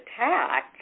attack